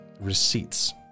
receipts